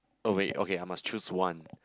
oh wait okay I must choose one